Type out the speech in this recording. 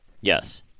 Yes